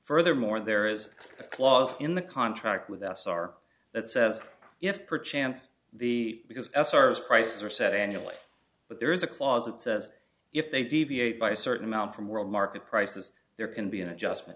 furthermore there is a clause in the contract with us our that says if per chance the because s are as prices are set annually but there is a clause that says if they deviate by a certain amount from world market prices there can be an adjustment